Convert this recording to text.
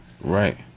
right